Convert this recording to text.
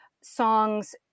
songs